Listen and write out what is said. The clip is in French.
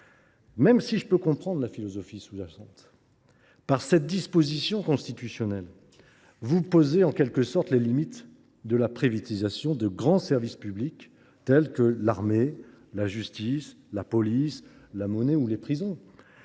même si je peux en comprendre la philosophie sous jacente : par cette disposition constitutionnelle, vous posez en quelque sorte les limites de la privatisation de grands services publics tels que l’armée, la justice, la police, la monnaie ou les prisons.